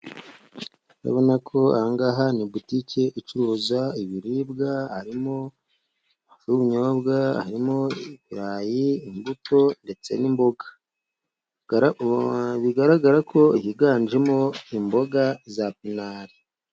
Urabona ko iyi ni butike icuruza ibiribwa harimo n'ubunyobwa, harimo ibirayi, imbuto ndetse n'imboga. Bigaragara ko higanjemo imboga za pinari.